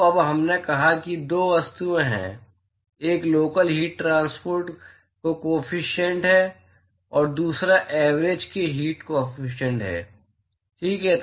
तो अब हमने कहा कि दो वस्तुएं हैं एक लोकल हीट ट्रांसपोर्ट काॅफिशियंट है और दूसरा ऐवरेज हीट ट्रांसपोर्ट काॅफिशियंट ठीक है